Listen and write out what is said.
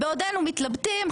בעודנו מתלבטים,